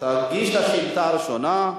תגיש את השאילתא הראשונה: